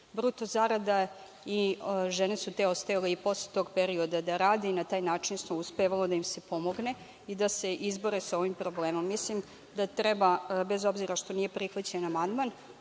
bruto zarada i žene su ostajale i posle tog perioda da rade i na taj način je uspevalo da im se pomogne i da se izbore sa ovim problemom. Mislim da treba bez obzira što nije prihvaćen amandman